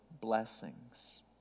blessings